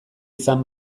izan